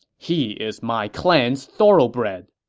he is my clan's thoroughbred.